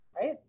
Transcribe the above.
right